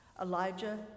Elijah